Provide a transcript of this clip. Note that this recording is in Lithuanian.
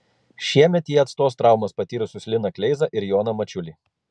šiemet jie atstos traumas patyrusius liną kleizą ir joną mačiulį